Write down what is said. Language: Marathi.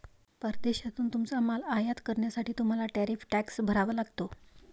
परदेशातून तुमचा माल आयात करण्यासाठी तुम्हाला टॅरिफ टॅक्स भरावा लागतो